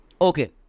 Okay